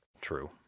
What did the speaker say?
True